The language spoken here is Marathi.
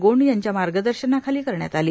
गोंड यांच्या मार्गदर्शनाखाली करण्यात आली